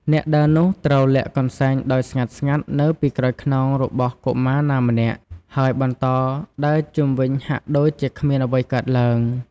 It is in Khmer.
អ្នកដើរនោះត្រូវលាក់កន្សែងដោយស្ងាត់ៗនៅពីក្រោយខ្នងរបស់កុមារណាម្នាក់ ហើយបន្តដើរជុំវិញហាក់ដូចជាគ្មានអ្វីកើតឡើង។